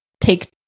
take